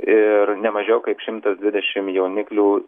ir ne mažiau kaip šimtas dvidešimt jauniklių